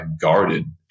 guarded